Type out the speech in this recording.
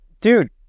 dude